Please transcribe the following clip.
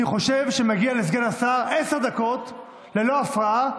אני חושב שמגיע לסגן השר עשר דקות ללא הפרעה,